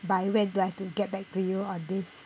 by when do I have to get back to you on this